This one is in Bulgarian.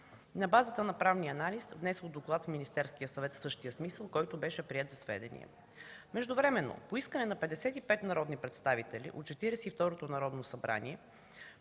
На базата на правния анализ внесох доклад в Министерския съвет със същия смисъл, който беше приет за сведение. Междувременно по искане на 55 народни представители от 42 то Народно събрание